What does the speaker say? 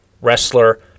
wrestler